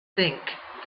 think